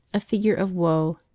a figure of woe.